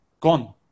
Gone